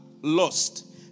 lost